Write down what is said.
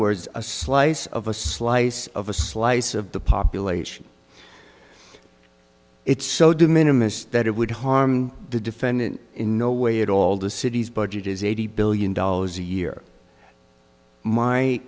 words a slice of a slice of a slice of the population it's so do minimum that it would harm the defendant in no way at all the city's budget is eighty billion dollars a year my